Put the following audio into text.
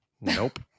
Nope